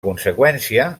conseqüència